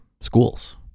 schools